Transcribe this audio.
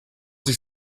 sich